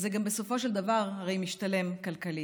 ובסופו של דבר זה הרי גם משתלם כלכלית.